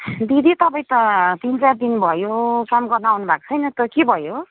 दिदी तपाईँ त तिन चार दिन भयो काम गर्न आउनुभएको छैन त के भयो